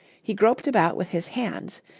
he groped about with his hands,